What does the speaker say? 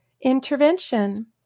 Intervention